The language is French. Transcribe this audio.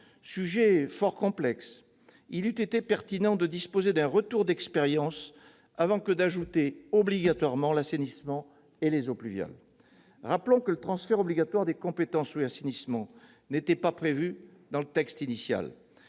sujet fort complexe !-, il eût été pertinent de disposer d'un retour d'expérience avant d'ajouter obligatoirement l'assainissement et les eaux pluviales. Rappelons que le transfert obligatoire des compétences « eau » et « assainissement » n'était pas prévu dans le texte initial.